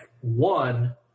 one –